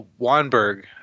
Wanberg